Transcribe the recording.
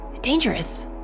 Dangerous